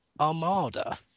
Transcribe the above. armada